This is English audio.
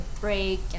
break